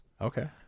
okay